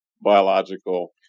biological